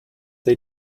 they